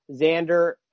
Xander